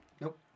Nope